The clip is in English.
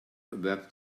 that